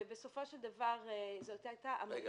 ובסופו של דבר זו הייתה אמנה --- רגע,